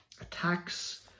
attacks